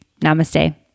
Namaste